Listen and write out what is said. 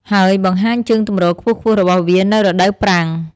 ហើយបង្ហាញជើងទម្រខ្ពស់ៗរបស់វានៅរដូវប្រាំង។